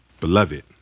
Beloved